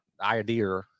idea